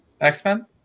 X-Men